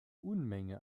unmenge